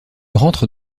rentre